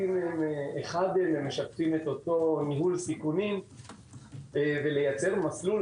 משקפים אותו ניהול סיכונים ולייצר מסלול